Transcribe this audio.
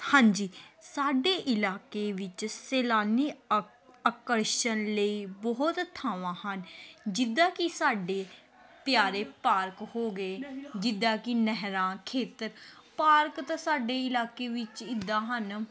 ਹਾਂਜੀ ਸਾਡੇ ਇਲਾਕੇ ਵਿੱਚ ਸੈਲਾਨੀ ਆ ਆਕਰਸ਼ਣ ਲਈ ਬਹੁਤ ਥਾਵਾਂ ਹਨ ਜਿੱਦਾਂ ਕਿ ਸਾਡੇ ਪਿਆਰੇ ਪਾਰਕ ਹੋ ਗਏ ਜਿੱਦਾਂ ਕਿ ਨਹਿਰਾਂ ਖੇਤਰ ਪਾਰਕ ਤਾਂ ਸਾਡੇ ਇਲਾਕੇ ਵਿੱਚ ਇੱਦਾਂ ਹਨ